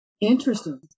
Interesting